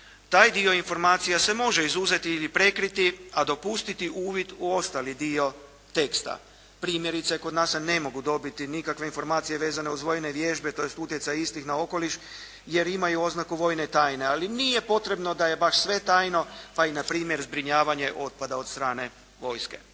Taj dio informacija se može izuzeti ili prekriti, a dopustiti uvid u ostali dio teksta. Primjerice, kod nas se ne mogu dobiti nikakve informacije vezane uz vojne vježbe tj. utjecaj istih na okoliš, jer imaju oznaku vojne tajne. Ali, nije potrebno da je baš sve tajno, pa i npr. zbrinjavanje otpada od strane vojske.